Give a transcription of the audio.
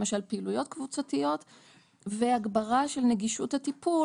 למשל פעילויות קבוצתיות והגברה של נגישות הטיפול,